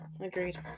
agreed